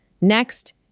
Next